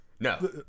No